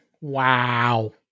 Wow